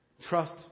trust